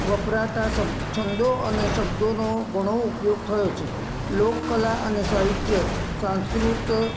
વપરાતા સબ છંદો અને શબ્દોનો ઘણો ઉપયોગ થયો છે લોક કલા અને સાહિત્ય સાંસ્કૃત